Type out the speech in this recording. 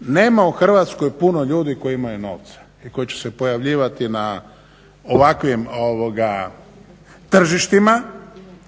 nema u Hrvatskoj puno ljudi koji imaju novce i koji će se pojavljivati na ovakvim tržištima